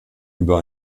über